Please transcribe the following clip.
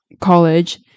college